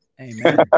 Amen